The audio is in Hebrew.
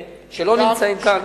שלא נמצאים כאן.